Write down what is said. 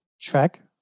track